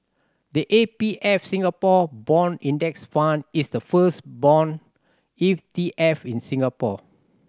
the A B F Singapore Bond Index Fund is the first bond E T F in Singapore